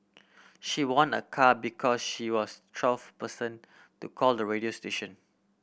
she won a car because she was twelfth person to call the radio station